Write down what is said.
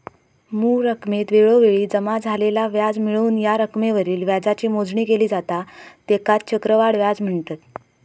मूळ रकमेत वेळोवेळी जमा झालेला व्याज मिळवून या रकमेवरील व्याजाची मोजणी केली जाता त्येकाच चक्रवाढ व्याज म्हनतत